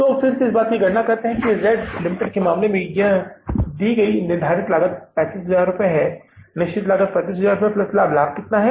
तो अब फिर से हम इस बात की गणना करेंगे कि Z Ltd के मामले में यहाँ दी गई निर्धारित लागत 35000 क्या है हाँ निश्चित लागत 35000 लाभ है लाभ कितना है